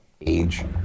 Age